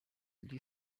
gli